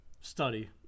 study